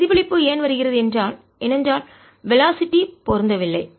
பிரதிபலிப்பு ஏன் வருகிறது என்றால் ஏனென்றால் வெலாசிட்டி திசைவேகங்கள் பொருந்தவில்லை